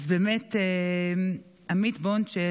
עמית בונצל,